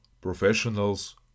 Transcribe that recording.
professionals